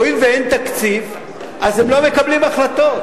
הואיל ואין תקציב, הם לא מקבלים החלטות.